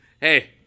Hey